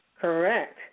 Correct